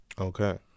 Okay